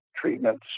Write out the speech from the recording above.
treatments